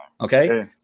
okay